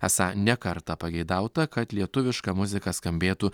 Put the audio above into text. esą ne kartą pageidauta kad lietuviška muzika skambėtų